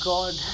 God